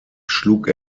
schlug